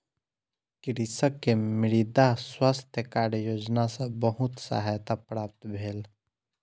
कृषक के मृदा स्वास्थ्य कार्ड योजना सॅ बहुत सहायता प्राप्त भेल